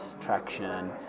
traction